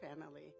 family